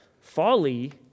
folly